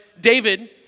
David